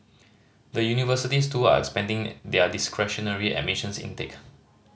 the universities too are expanding their discretionary admissions intake